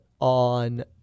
on